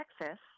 Texas